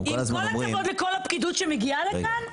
עם כל הכבוד לכל הפקידות שמגיעה לכאן,